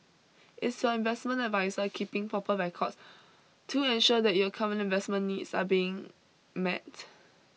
is your investment adviser keeping proper records to ensure that your current investment needs are being met